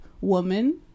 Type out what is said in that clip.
woman